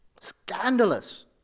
Scandalous